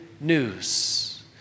news